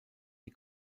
die